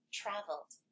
traveled